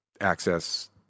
access